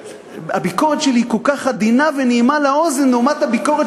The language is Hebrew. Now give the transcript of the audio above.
הביקורת שלי כל כך עדינה ונעימה לאוזן לעומת הביקורת